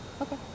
Okay